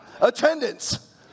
Attendance